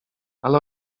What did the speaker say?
ale